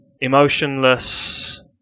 emotionless